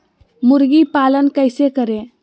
मुर्गी पालन कैसे करें?